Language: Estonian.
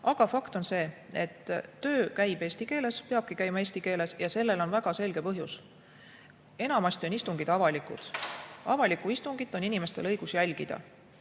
Aga fakt on see, et töö käib eesti keeles, peabki käima eesti keeles. Ja sellel on väga selge põhjus: enamasti on istungid avalikud. Avalikku istungit on inimestel õigus jälgida.